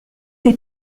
des